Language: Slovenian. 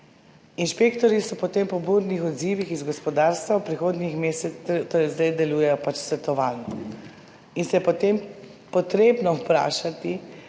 Inšpektorji so po tem po burnih odzivih iz gospodarstva v prihodnjih mesecih, torej zdaj delujejo pač svetovalno. In se je potem potrebno vprašati,